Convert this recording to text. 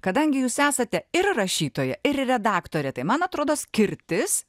kadangi jūs esate ir rašytoja ir redaktorė tai man atrodo skirtis